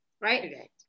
right